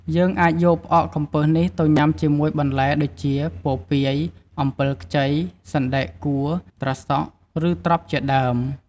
យើងអាចយកផ្អកកំពឹសនេះទៅញុំាជាមួយបន្លែដូចជា ពពាយ អំបិលខ្ចី សណ្ដែកកួរ ត្រសក់ ឬ ត្រប់ជាដើម។